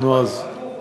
נו, אז, לא שלא בנו,